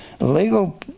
Legal